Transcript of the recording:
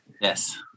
Yes